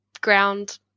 ground